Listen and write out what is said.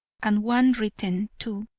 and one written, too,